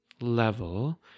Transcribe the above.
level